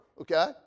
okay